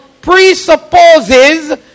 presupposes